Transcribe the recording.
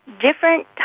different